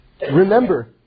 remember